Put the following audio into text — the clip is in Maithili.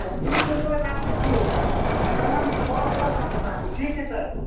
तऽ ठीक छै सर राखै छिए सर हम कॉल करब अहाँके ठीक छै सर